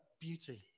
beauty